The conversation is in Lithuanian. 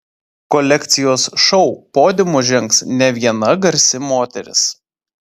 kolekcijos šou podiumu žengs ne viena garsi moteris